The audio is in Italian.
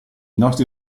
nostri